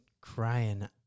crying